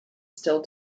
still